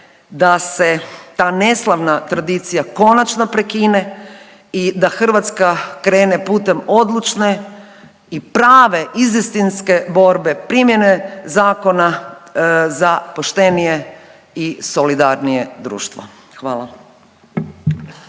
da se ta neslavna tradicija konačno prekine i da Hrvatska krene putem odlučne i prave, iz istinske borbe primjene zakona za poštenije i solidarnije društvo. Hvala.